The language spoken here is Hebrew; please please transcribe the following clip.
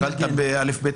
כי התחלת בא.ב.